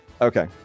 okay